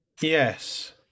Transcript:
Yes